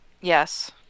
yes